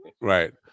Right